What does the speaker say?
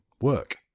work